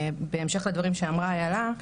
בהמשך לדברים שאמרה איילה,